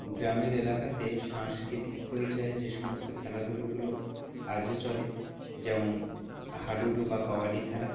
গ্রামের এলাকাতে সাংস্কৃতিক পরিচয়ে যে সমস্ত খেলাধুলাগুলো আজও চলে যেমন হাডুডু বা কবাডি খেলা